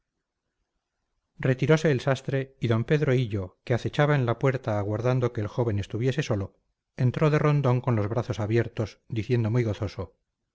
retirose el sastre y d pedro hillo que acechaba en la puerta aguardando que el joven estuviese solo entró de rondón con los brazos abiertos diciendo muy gozoso